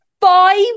five